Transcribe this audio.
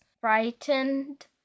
frightened